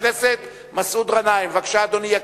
אם אפשר,